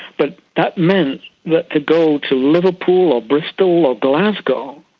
but that meant that to go to liverpool or bristol or glasgow,